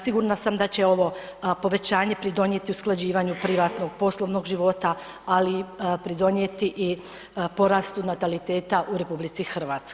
Sigurna sam da će ovo povećanje pridonijeti usklađivanju privatnog poslovnog života, ali pridonijeti i porastu nataliteta u RH.